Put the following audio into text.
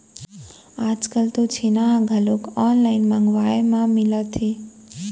आजकाल तो छेना ह घलोक ऑनलाइन मंगवाए म मिलत हे